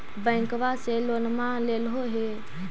बैंकवा से लोनवा लेलहो हे?